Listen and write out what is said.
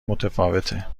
متفاوته